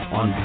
on